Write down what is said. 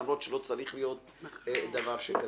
למרות שלא צריך להיות דבר כזה.